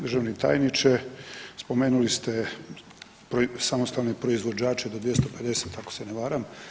Državni tajniče spomenuli ste samostalne proizvođače do 250 ako se ne varam.